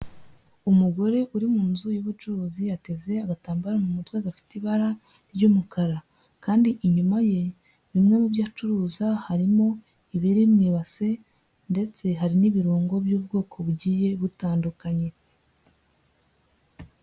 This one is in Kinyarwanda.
Umugore uri mu nzu y'ubucuruzi yateze agatambaro mu mutwe adafite ibara ry'umukara, kandi inyuma ye bimwe mu byo acuruza harimo ibiri mu ibase ndetse hari n'ibirungo by'ubwoko bugiye butandukanye.